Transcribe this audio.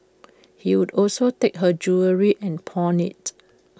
he would also take her jewellery and pawn IT